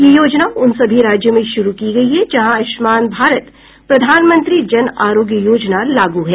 यह योजना उन सभी राज्यों में शुरू की गई है जहां आयुष्मान भारत प्रधानमंत्री जन आरोग्य योजना लागू है